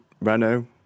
Renault